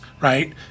right